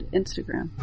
instagram